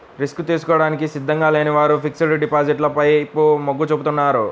risk తీసుకోవడానికి సిద్ధంగా లేని వారు ఫిక్స్డ్ డిపాజిట్ల వైపు మొగ్గు చూపుతున్నారు